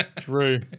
True